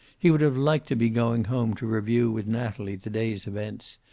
he would have liked to be going home to review with natalie the day's events,